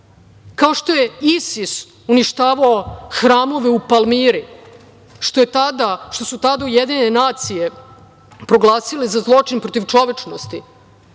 kao što je ISIS uništavao hramove u Palmiri, što su tada UN proglasile za zločin protiv čovečnosti.